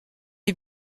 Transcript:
est